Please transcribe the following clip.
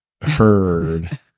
heard